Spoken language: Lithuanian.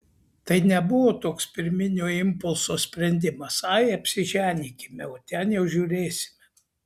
tai nebuvo toks pirminio impulso sprendimas ai apsiženykime o ten jau žiūrėsime